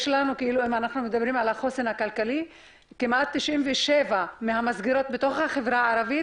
אם אנחנו מדברים על החוסן הכלכלי - כמעט 97 מהמסגרות בתוך החברה הערבית,